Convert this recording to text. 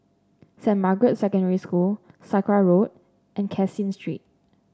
Saint Margaret's Secondary School Sakra Road and Caseen Street